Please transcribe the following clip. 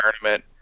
tournament